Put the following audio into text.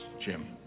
Jim